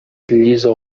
llisa